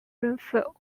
renfrew